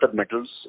metals